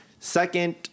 Second